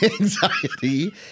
anxiety